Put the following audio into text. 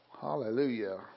Hallelujah